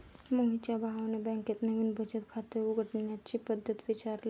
मोहितच्या भावाने बँकेत नवीन बचत खाते उघडण्याची पद्धत विचारली